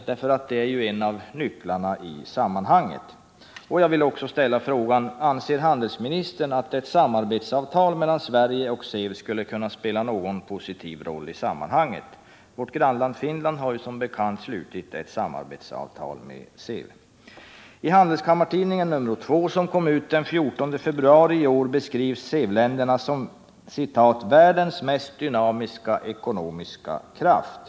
Detta är ju några av nycklarna i sammanhanget. Jag vill ställa frågan: Anser handelsministern att ett samarbetsavtal mellan Sverige och SEV skulle kunna spela någon positiv roll i sammanhanget? Vårt grannland Finland har som bekant slutit ett samarbetsavtal med SEV. I Handelskammartidningen nr 2, som kom ut den 14 februari i år, beskrivs SEV-länderna som ”världens mest dynamiska ekonomiska kraft”.